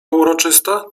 uroczysta